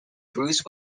bruce